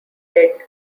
dead